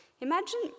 Imagine